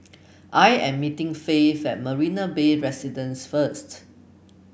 I am meeting Faith at Marina Bay Residences first